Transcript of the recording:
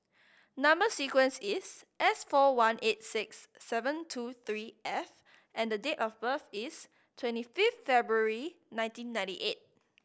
number sequence is S four one eight six seven two three F and the date of birth is twenty fifth February nineteen ninety eight